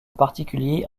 particulier